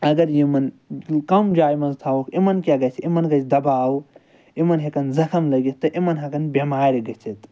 اگر یِمن کَم جایہِ مَنٛز تھاووکھ یِمن کیاہ گَژھِ یِمن گَژھِ دَباو یِمن ہٮ۪کَن زَخم لٔگِتھ تہٕ یِمن ہٮ۪کَن بٮ۪مارِ گٔژھِتھ